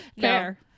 Fair